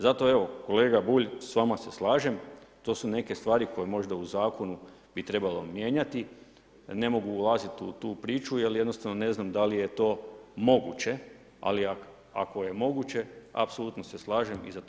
Zato evo kolega Bulj, s vama se slažem, to su neke stvari koje možda u zakonu bi trebalo mijenjati, ne mogu ulaziti u tu priču jer jednostavno ne znam da li je to moguće ali ako je moguće, apsolutno se slažem i za to sam.